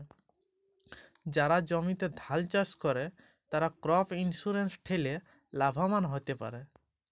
যারা জমিতে ধাল চাস করে, তারা ক্রপ ইন্সুরেন্স ঠেলে লাভবান হ্যতে পারে